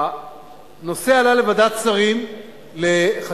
הנושא עלה לוועדת שרים לחקיקה.